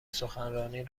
سخنرانی